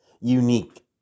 Unique